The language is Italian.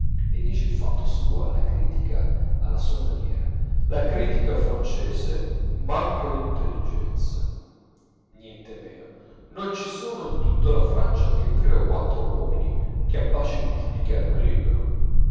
e dice il fatto suo alla critica alla sua maniera la critica francese manca dintelligenza nientemeno non ci sono in tutta la francia che tre o quattro uomini capaci di giudicare un libro